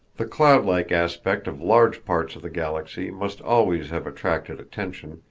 the cloud-like aspect of large parts of the galaxy must always have attracted attention,